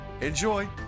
enjoy